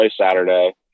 Saturday